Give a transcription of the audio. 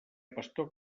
pastor